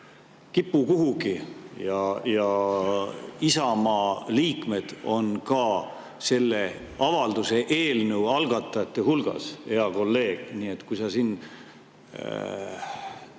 kipu kuhugi ja Isamaa liikmed on ka selle avalduse eelnõu algatajate hulgas, hea kolleeg. Nii et kui sa siin